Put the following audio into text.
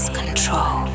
control